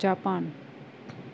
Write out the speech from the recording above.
Japan